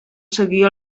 seguir